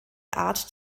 art